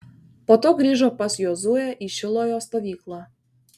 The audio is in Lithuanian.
po to grįžo pas jozuę į šilojo stovyklą